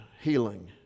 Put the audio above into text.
healing